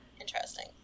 interesting